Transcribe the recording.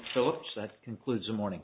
phillips that concludes the morning